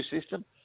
system